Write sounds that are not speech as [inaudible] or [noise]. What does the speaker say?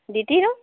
[unintelligible]